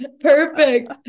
Perfect